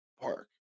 Park